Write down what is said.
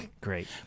Great